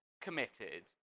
committed